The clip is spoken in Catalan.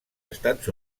estats